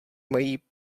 mají